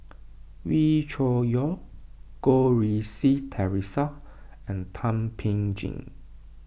Wee Cho Yaw Goh Rui Si theresa and Thum Ping Tjin